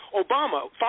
Obama